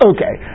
Okay